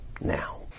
now